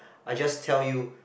I just tell you